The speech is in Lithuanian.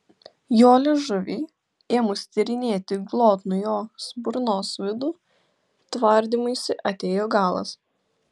jo liežuviui ėmus tyrinėti glotnų jos burnos vidų tvardymuisi atėjo galas